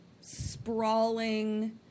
sprawling